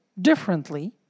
differently